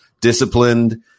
disciplined